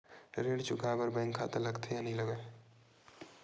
ऋण चुकाए बार बैंक खाता लगथे या नहीं लगाए?